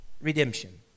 redemption